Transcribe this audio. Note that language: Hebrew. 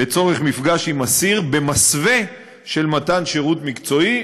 לצורך מפגש עם אסיר, במסווה של מתן שירות מקצועי.